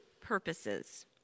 purposes